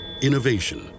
Innovation